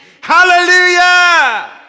Hallelujah